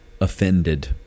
offended